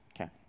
Okay